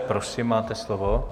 Prosím, máte slovo.